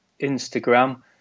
Instagram